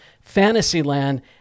Fantasyland